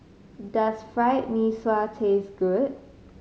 does Fried Mee Sua taste good